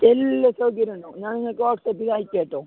എല്ലാ സൗകര്യോം ഉണ്ടാകും ഞാൻ നിങ്ങൾക്ക് വാട്സാപ്പിലയക്കാം കേട്ടോ